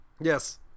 Yes